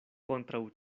kontraŭ